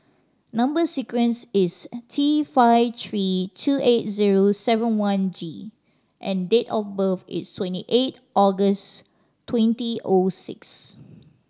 number sequence is T five three two eight zero seven one G and date of birth is twenty eight August twenty O six